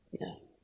Yes